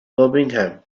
birmingham